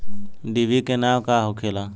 डिभी के नाव का होखेला?